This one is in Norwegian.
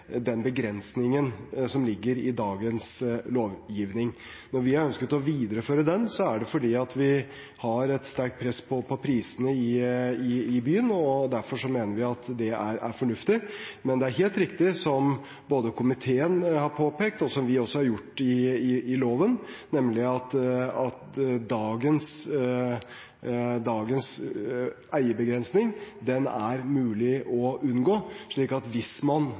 den begrensningen som ligger i dagens lovgivning. Når vi har ønsket å videreføre den, er det fordi vi har et sterkt press på prisene i byen, derfor mener vi at det er fornuftig. Men det er helt riktig, som både komiteen har påpekt, og som vi også har gjort i loven, at dagens eierbegrensning er mulig å unngå – slik at hvis man